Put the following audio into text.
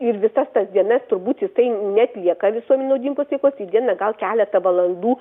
ir visas tas dienas turbūt jisai neatlieka visuomenei naudingos veiklos į dieną gal keletą valandų